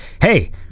hey